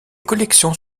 collections